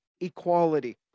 equality